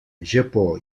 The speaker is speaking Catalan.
japó